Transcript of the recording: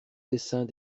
desseins